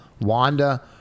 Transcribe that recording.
Wanda